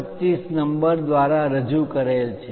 25 number દ્વારા રજૂ કરેલ છે